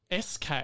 SK